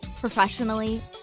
Professionally